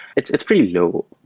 it's it's pretty low.